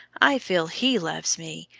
i feel he loves me,